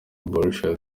borussia